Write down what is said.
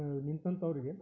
ನಿಂತಂಥವ್ರಿಗೆ